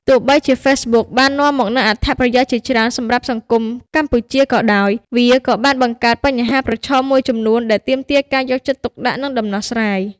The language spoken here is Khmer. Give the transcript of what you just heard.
ទោះបីជា Facebook បាននាំមកនូវអត្ថប្រយោជន៍ជាច្រើនសម្រាប់សង្គមកម្ពុជាក៏ដោយ វាក៏បានបង្កើត បញ្ហាប្រឈម មួយចំនួនដែលទាមទារការយកចិត្តទុកដាក់ និងដំណោះស្រាយ។